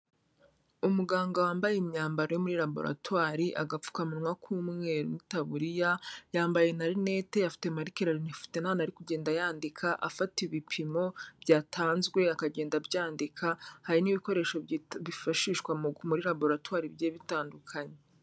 Umuganga wambaye imyambaro yo muri laboratwari, agapfukamunwa k'umweru n'itaburiya, yambaye na rinete afite marikeri, afite n'ahantu ari kugenda yandika afata ibipimo byatanzwe akagenda abyandika, hari n'ibikoresho bifashishwa muri laboratwari bigiye bitandukanye.